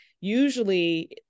usually